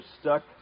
stuck